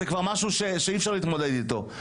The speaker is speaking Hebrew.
זה כבר משהו שאי אפשר להתמודד איתו.